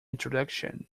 introduction